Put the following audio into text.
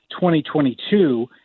2022